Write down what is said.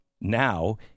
Now